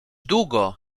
długo